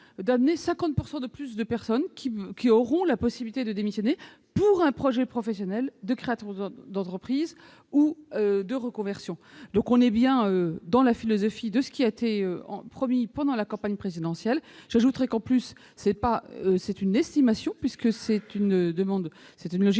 de loi, 50 % de plus de personnes auront la possibilité de démissionner pour un projet professionnel de création d'entreprise ou de reconversion. Ce dispositif répond donc bien à la philosophie de ce qui a été promis pendant la campagne présidentielle. J'ajoute qu'il s'agit d'une estimation, puisque c'est une logique